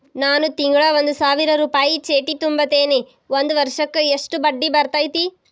ನಾನು ತಿಂಗಳಾ ಒಂದು ಸಾವಿರ ರೂಪಾಯಿ ಚೇಟಿ ತುಂಬತೇನಿ ಒಂದ್ ವರ್ಷಕ್ ಎಷ್ಟ ಬಡ್ಡಿ ಬರತೈತಿ?